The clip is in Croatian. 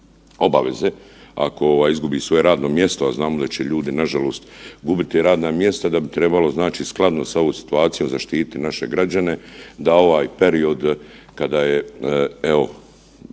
obaveze ako ovaj izgubi svoje radno mjesto, a znamo da će ljudi nažalost izgubiti radna mjesta, da bi trebalo znači skladno sa ovom situacijom zaštiti naše građane da ovaj period kada je, evo